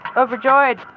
overjoyed